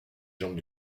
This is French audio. jambes